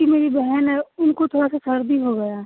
इ मेरी बेहन है उनको थोड़ा सा सर्दी हो गया है